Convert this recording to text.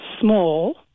small